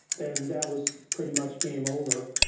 then that was pretty much game over.